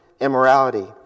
immorality